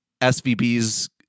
svb's